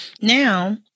Now